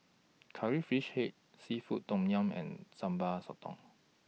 Curry Fish Head Seafood Tom Yum and Sambal Sotong